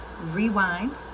Rewind